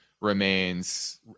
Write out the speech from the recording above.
remains